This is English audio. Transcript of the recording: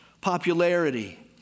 popularity